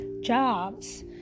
jobs